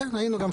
כן, היינו גם שם.